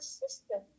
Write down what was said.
system